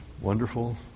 wonderful